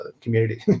community